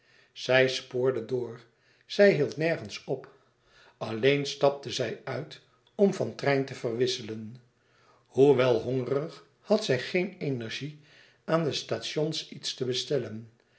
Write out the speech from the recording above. zij spoorde door zij hield nergens op alleen stapte zij uit om van trein te verwisselen hoewel hongerig had zij geen energie aan de stations iets te bestellen